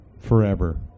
forever